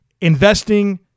investing